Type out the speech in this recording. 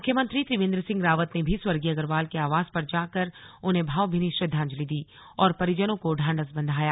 मुख्यमंत्री त्रिवेंद्र सिंह रावत ने भी स्वर्गीय अग्रवाल के आवास पर जानकर उन्हें भावभीनी श्रद्धांजलि दी और परिजनों को ढाढ़स बंधाया